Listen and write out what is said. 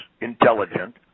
intelligent